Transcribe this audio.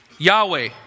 Yahweh